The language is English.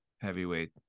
heavyweight